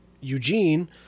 Eugene